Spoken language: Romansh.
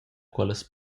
quellas